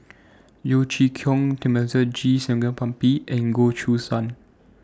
Yeo Chee Kiong Thamizhavel G Sarangapani and Goh Choo San